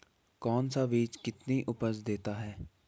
कौन सा बीज कितनी उपज देता है?